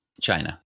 China